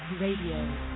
Radio